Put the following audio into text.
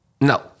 No